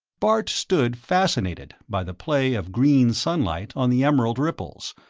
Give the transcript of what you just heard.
bart stood fascinated by the play of green sunlight on the emerald ripples,